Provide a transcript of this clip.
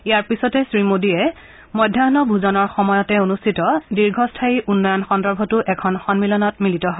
ইয়াৰ পিছতে শ্ৰীমোডীয়ে মধ্যাহ্ন ভোজনৰ সময়তে অনুষ্ঠিত দীৰ্ঘস্থায়ী উন্নয়ন সন্দৰ্ভতো এখন সম্মিলনত মিলিত হয়